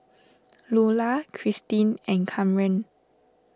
Lulah Cristin and Kamren